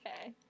Okay